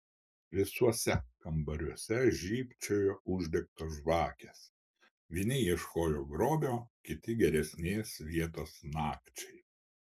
visuose kambariuose žybčiojo uždegtos žvakės vieni ieškojo grobio kiti geresnės vietos nakčiai